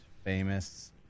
Famous